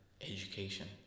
education